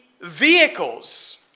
vehicles